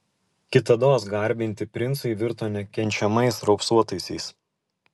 kitados garbinti princai virto nekenčiamais raupsuotaisiais